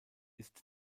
ist